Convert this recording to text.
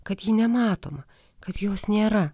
kad ji nematoma kad jos nėra